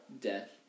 death